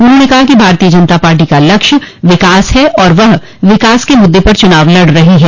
उन्होंने कहा कि भारतीय जनता पार्टी का लक्ष्य विकास है और वह विकास के मुद्दे पर चुनाव लड रही है